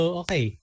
okay